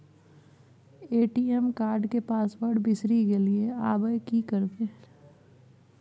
ATM card के password बिसरि गेलियै आबय की करियै?